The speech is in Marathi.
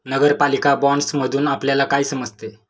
नगरपालिका बाँडसमधुन आपल्याला काय समजते?